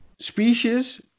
species